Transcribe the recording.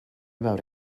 about